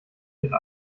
ihre